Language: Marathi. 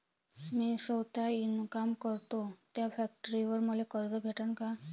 मी सौता इनकाम करतो थ्या फॅक्टरीवर मले कर्ज भेटन का?